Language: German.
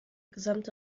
gesamte